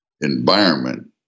environment